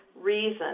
Reason